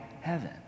heaven